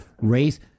race